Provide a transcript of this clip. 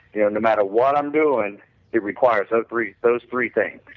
you know no matter what i'm doing it requires those three those three things.